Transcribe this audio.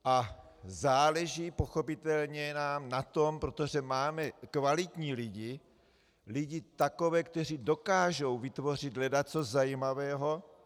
A záleží nám pochopitelně na tom, protože máme kvalitní lidi, lidi takové, kteří dokážou vytvořit ledacos zajímavého.